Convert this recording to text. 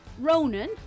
Ronan